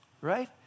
right